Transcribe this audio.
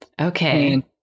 okay